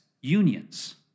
unions